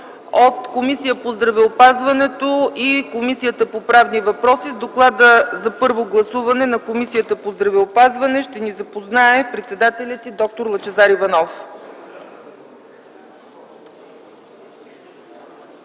от Комисията по здравеопазването и Комисията по правни въпроси. С доклада за първо гласуване на Комисията по здравеопазването ще ни запознае председателят на комисията – д-р Лъчезар Иванов.